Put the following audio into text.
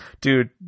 Dude